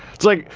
it's like,